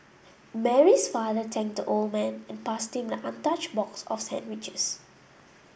Mary's father thanked the old man and passed him an untouched box of sandwiches